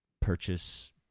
purchase